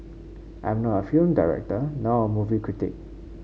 I am not a film director nor a movie critic